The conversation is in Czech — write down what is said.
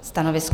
Stanovisko?